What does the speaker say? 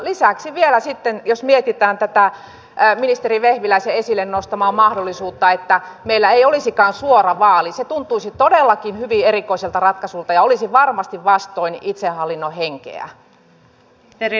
lisäksi vielä sitten jos mietitään tätä ministeri vehviläisen esille nostamaa mahdollisuutta että meillä ei olisikaan suora vaali se tuntuisi todellakin hyvin erikoiselta ratkaisulta ja olisi varmasti vastoin itsehallinnon henkeä